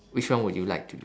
which one would you like to do